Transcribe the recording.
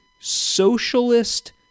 Socialist